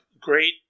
great